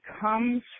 comes